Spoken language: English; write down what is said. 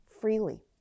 freely